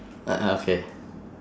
a'ah okay